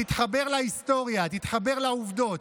תתחבר להיסטוריה, תתחבר לעובדות.